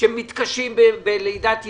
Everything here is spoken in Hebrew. שמתקשים בלידת ילד.